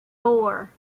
four